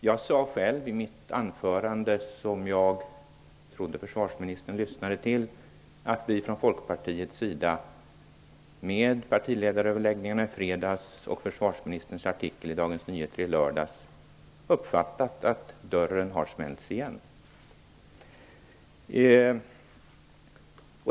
Jag sade själv i mitt anförande, som jag trodde att försvarsministern lyssnade till, att vi från Folkpartiets sida med partiledaröverläggningarna i fredags och försvarsministerns artikel i Dagens Nyheter i lördags uppfattat att dörren har smällts igen.